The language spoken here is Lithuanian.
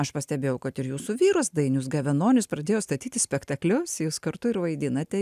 aš pastebėjau kad ir jūsų vyras dainius gavenonis pradėjo statyti spektaklius jūs kartu ir vaidinate